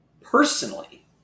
Personally